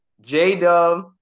J-Dub